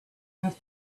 have